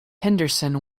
henderson